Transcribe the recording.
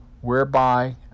whereby